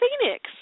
Phoenix